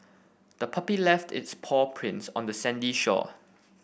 the puppy left its paw prints on the sandy shore